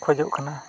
ᱠᱷᱚᱡᱚᱜ ᱠᱟᱱᱟ